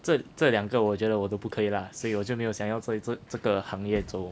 这这两个我觉得我都不可以啦所以我就没有想要做做次这个行业走